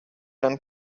jan